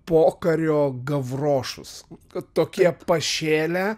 pokario gavrošus kad tokie pašėlę